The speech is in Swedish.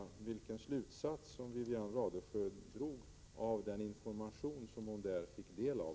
Vilken slutsats drog Wivi-Anne Radesjö av den information som hon där fick del av?